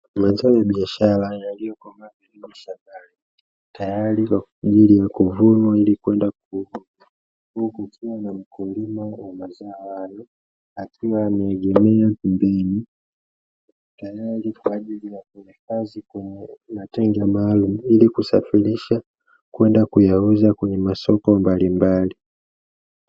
Mazao ya biashara yaliyokomaa vizuri shambani tayari kwa ajili ya kuvunwa ili kwenda kuuzwa, huku kukiwa na mkulima wa mazao hayo akiwa ameegemea pembeni tayari kwa ajili ya kuhifadhi kwenye matenga maalumu, ili kusafirisha na kwenda kuyauza kwenye masoko mbalimbali.